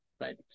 right